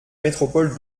métropole